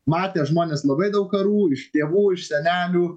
matė žmonės labai daug karų iš tėvų iš senelių